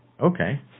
okay